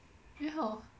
then how